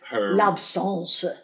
l'absence